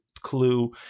clue